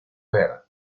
ver